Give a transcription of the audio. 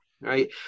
Right